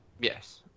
yes